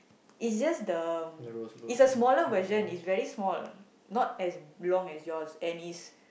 it's just the mm it's a smaller version it's very small not as long as yours and is